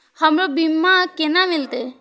हमरो बीमा केना मिलते?